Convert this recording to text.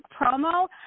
promo